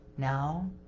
now